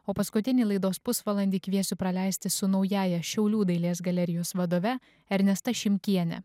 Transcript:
o paskutinį laidos pusvalandį kviesiu praleisti su naująja šiaulių dailės galerijos vadove ernesta šimkiene